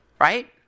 Right